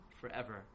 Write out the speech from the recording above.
Forever